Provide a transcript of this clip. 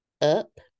up